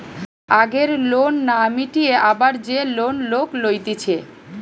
আগের লোন না মিটিয়ে আবার যে লোন লোক লইতেছে